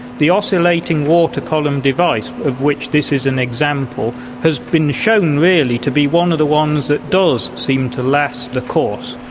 the oscillating water column device, of which this is an example, has been shown really to be one of the ones that does seem to last the course.